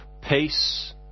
peace